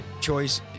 choice